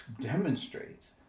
demonstrates